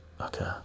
Okay